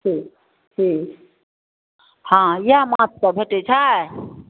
ह्म्म ह्म्म हँ इएह माछसभ भेटै छै